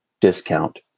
discount